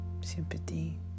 sympathy